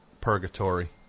purgatory